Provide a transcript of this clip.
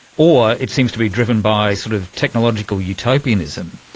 or it seems to be driven by sort of technological utopianism.